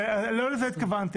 לא לזה התכוונתי.